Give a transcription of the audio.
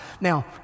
Now